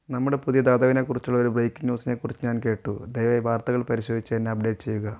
നമ്മുടെ പുതിയ ദാതാവിനെക്കുറിച്ചുള്ള ഒരു ബ്രേക്കിംഗ് ന്യൂസിനെക്കുറിച്ച് ഞാൻ കേട്ടു ദയവായി വാർത്തകൾ പരിശോധിച്ച് എന്നെ അപ്ഡേറ്റ് ചെയ്യുക